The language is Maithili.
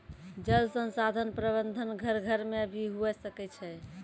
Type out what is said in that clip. जल संसाधन प्रबंधन घर घर मे भी हुवै सकै छै